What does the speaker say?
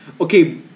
Okay